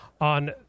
on